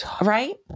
right